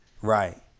Right